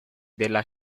della